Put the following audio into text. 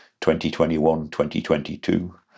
2021-2022